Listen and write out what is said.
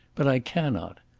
but i cannot.